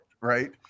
right